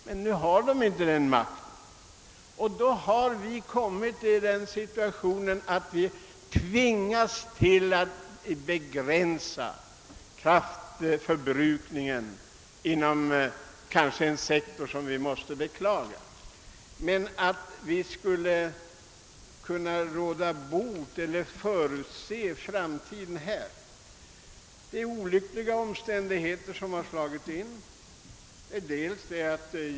Regeringen har emellertid inte en sådan makt, och därför har vi kommit i en situation där vi tvingas begränsa kraftförbrukningen inom en viss sektor, vilket vi alla beklagar. Jag hävdar emellertid att man inte kunnat förutse framtiden eller råda bot på svårigheterna, utan det är olyckliga omständigheter som har lett till de nuvarande besvärligheterna.